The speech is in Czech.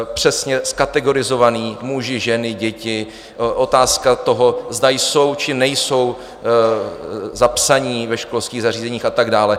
Přesně kategorizované: muži, ženy, děti, otázka toho, zda jsou či nejsou zapsaní ve školských zařízeních a tak dále.